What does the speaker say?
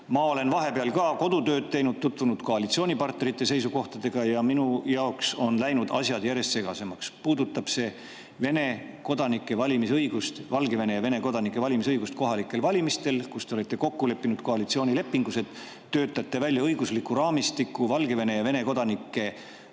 Ma olen vahepeal ka kodutööd teinud, tutvunud koalitsioonipartnerite seisukohtadega ja minu jaoks on läinud asjad järjest segasemaks. Puudutab see Vene ja Valgevene kodanike valimisõigust kohalikel valimistel. Te olete kokku leppinud koalitsioonilepingus, et töötate välja õigusliku raamistiku Valgevene ja Vene kodanike valimisõiguse